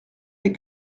les